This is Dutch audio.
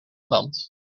land